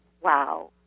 wow